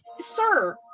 Sir